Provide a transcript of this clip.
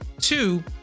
Two